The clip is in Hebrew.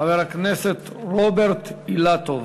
חבר הכנסת רוברט אילטוב.